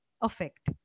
effect